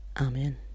Amen